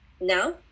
now